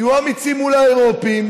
תהיו אמיצים מול האירופים,